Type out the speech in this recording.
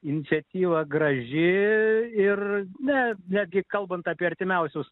inciatyva graži ir net netgi kalbant apie artimiausius